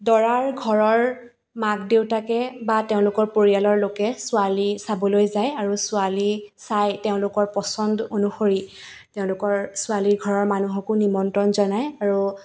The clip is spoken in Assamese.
দৰাৰ ঘৰৰ মাক দেউতাকে বা তেওঁলোকৰ পৰিয়ালৰ লোকে ছোৱালী চাবলৈ যায় আৰু ছোৱালী চাই তেওঁলোকৰ পছন্দ অনুসৰি তেওঁলোকৰ ছোৱালীৰ ঘৰৰ মানুহকো নিমন্ত্ৰণ জনায় আৰু